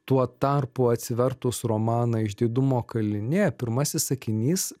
tuo tarpu atsivertus romaną išdidumo kalinė pirmasis sakinys